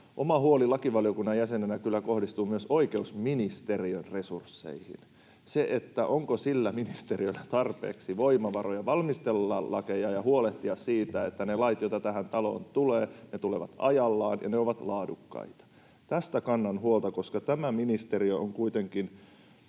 oma huoli lakivaliokunnan jäsenenä kyllä kohdistuu myös oikeusministeriön resursseihin. Onko sillä ministeriöllä tarpeeksi voimavaroja valmistella lakeja ja huolehtia siitä, että ne lait, joita tähän taloon tulee, tulevat ajallaan ja ovat laadukkaita? Tästä kannan huolta, koska tämä ministeriö on kuitenkin